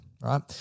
right